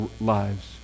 lives